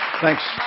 Thanks